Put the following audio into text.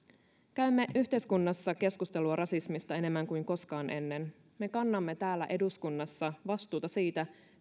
käymme yhteiskunnassa keskustelua rasismista enemmän kuin koskaan ennen me kannamme täällä eduskunnassa vastuuta siitä